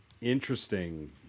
interesting